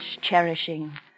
cherishing